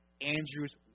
Andrew's